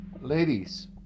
ladies